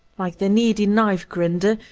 like the needy knife-grinder,